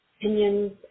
opinions